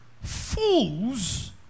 fools